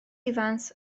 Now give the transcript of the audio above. ifans